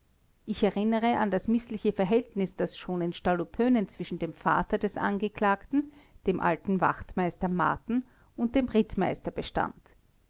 ich erinnere an das mißliche verhältnis das schon in stallupönen zwischen dem vater des angeklagten dem alten wachtmeister marten und dem rittmeister bestand